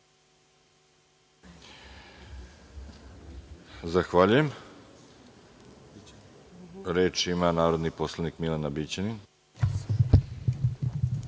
Zahvaljujem. Reč ima narodni poslanik Milena Bićanin.